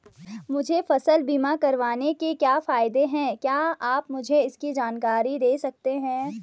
मुझे फसल बीमा करवाने के क्या फायदे हैं क्या आप मुझे इसकी जानकारी दें सकते हैं?